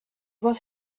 was